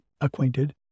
acquainted